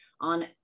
on